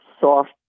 soft